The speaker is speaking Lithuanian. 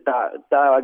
tą tą